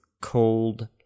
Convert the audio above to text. cold